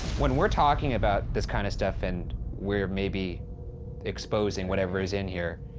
when we're talking about this kind of stuff and we're maybe exposing whatever is in here,